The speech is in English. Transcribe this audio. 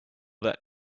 that